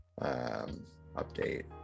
update